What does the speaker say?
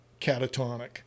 catatonic